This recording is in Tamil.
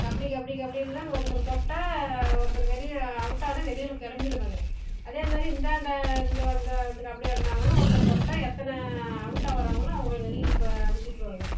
கபடி கபடி கபடின்னா ஒருத்தர் தொட்டால் ஒருத்தர் வெளியே அவுட் ஆனால் வெளியில் கிளம்பிடுவாங்க அதேமாரி இந்தாண்ட இருந்து வந்த வந்து கபடி ஆடினாங்கன்னா ஒருத்தர் தொட்டால் எத்தனை அவுட் ஆகுறாங்களோ அவங்கள வெளியில் அனுப்பிச்சி விட்ருவாங்க